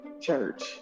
church